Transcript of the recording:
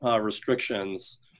restrictions